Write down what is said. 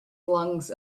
lungs